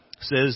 says